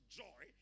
joy